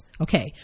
Okay